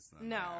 No